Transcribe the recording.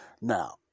Now